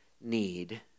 need